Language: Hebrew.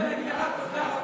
לא, אני רוצה להגיד לך תודה רבה.